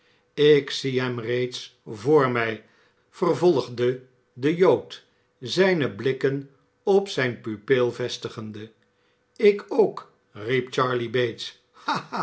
ik zie hem reeds voor mij vervolgde de jood zijne blikken op zijn pupil vestigende ik ook riep charley bates